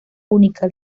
única